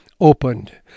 opened